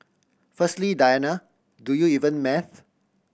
firstly Diana do you even math